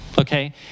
okay